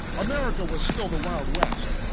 america was still the wild west.